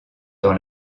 dans